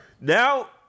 Now